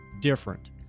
different